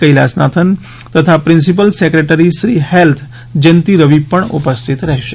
કૈલાસનાથન તથા પ્રિન્સિપલ સેક્રેટરીશ્રી હેલ્થ જયંતિ રવિ પણ ઉપસ્થિત રહેશે